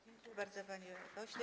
Dziękuję bardzo, panie pośle.